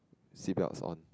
seat belts on